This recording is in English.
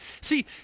See